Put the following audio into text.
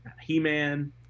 He-Man